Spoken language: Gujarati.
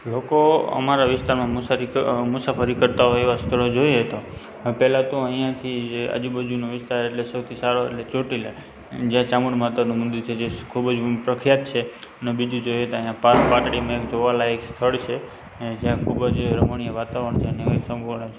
લોકો અમારા વિસ્તારમાં મુસારી મુસાફરી કરતા હોય એવાં સ્થળો જોઈએ તો પહેલાં તો અહીંયાથી જે આજુબાજુનો વિસ્તાર એટલે સૌથી સારો એટલે ચોટીલા જ્યાં ચામુંડ માતાનું મંદિર છે જે ખૂબ જ પ્રખ્યાત છે અને બીજું જોઈએ તો અહીંયા પાળ પાટડીમાં એક જોવાલાયક સ્થળ છે જ્યાં ખૂબ જ રમણીય વાતાવરણ છે અને શંભુનાથ છે